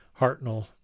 Hartnell